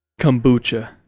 kombucha